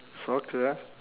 soccer ah